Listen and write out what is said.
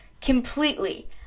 Completely